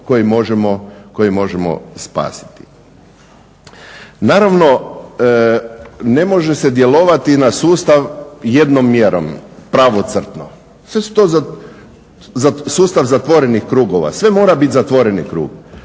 koje možemo spasiti. Naravno, ne može se djelovati na sustav jednom mjerom, pravocrtno. Sve su to sustav zatvorenih krugova, sve mora bit zatvoreni krug.